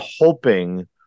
hoping